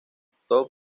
optó